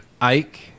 Ike